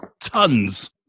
tons